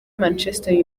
manchester